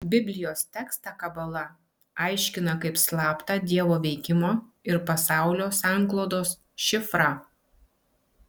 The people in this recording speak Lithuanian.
biblijos tekstą kabala aiškina kaip slaptą dievo veikimo ir pasaulio sanklodos šifrą